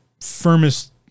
firmest